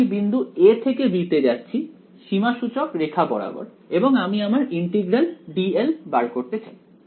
তাই আমি বিন্দু a থেকে b তে যাচ্ছি সীমাসূচক রেখা বরাবর এবং আমি আমার ইন্টিগ্রাল dl বার করতে চাই